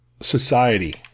society